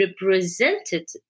represented